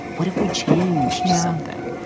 what if we changed something?